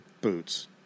boots